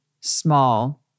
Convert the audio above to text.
small